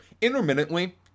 Intermittently